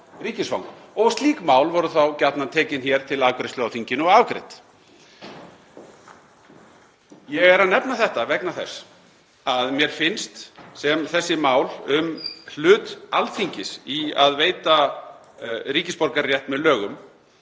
ríkisfang. Slík mál voru þá gjarnan tekin hér til afgreiðslu á þinginu og afgreidd. Ég er að nefna þetta vegna þess að mér finnst sem þessi mál, um hlut Alþingis í að veita ríkisborgararétt með lögum,